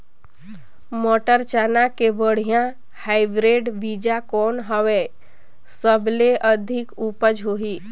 मटर, चना के बढ़िया हाईब्रिड बीजा कौन हवय? सबले अधिक उपज होही?